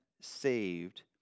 saved